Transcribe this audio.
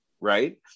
Right